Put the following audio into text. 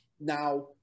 Now